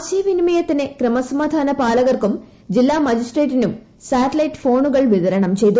ആശയവിനിമയത്തിന് ക്രമസമാധാന പാലകർക്കും ജില്ലാ മജിസ്ട്രേറ്റിനും സാറ്റലൈറ്റ് ഫോണുകൾ വിത രണം ചെയ്തു